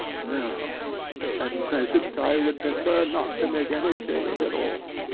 no at present i would prefer not to make any change at all.